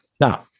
Now